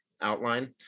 outline